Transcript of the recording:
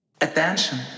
Attention